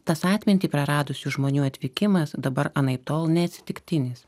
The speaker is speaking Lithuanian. tas atmintį praradusių žmonių atvykimas dabar anaiptol neatsitiktinis